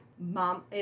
Mom